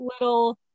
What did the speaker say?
little